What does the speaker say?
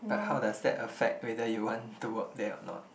but how does that affect whether you want to work there or not